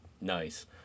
nice